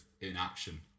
inaction